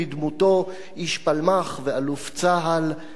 איש פלמ"ח ואלוף צה"ל ואיש ספר,